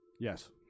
yes